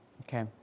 Okay